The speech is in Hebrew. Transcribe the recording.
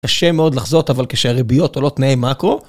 קשה מאוד לחזות, אבל כשהרביות עולות תנאי מקרו.